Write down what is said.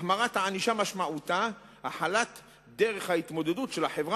החמרת הענישה משמעותה החלת דרך ההתמודדות של החברה